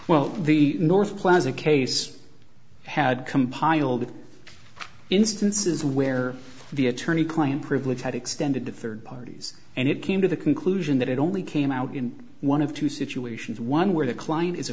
well the north plaza case had compiled instances where the attorney client privilege had extended to third parties and it came to the conclusion that it only came out in one of two situations one where the client is a